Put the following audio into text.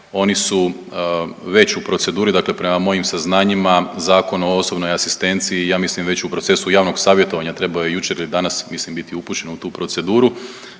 Oni su već u proceduri. Dakle, prema mojim saznanjima Zakon o osobnoj asistenciji ja mislim već u procesu javnog savjetovanja, trebao je jučer ili danas mislim biti upućen u tu proceduru,